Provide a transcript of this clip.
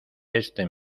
este